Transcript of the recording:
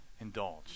indulge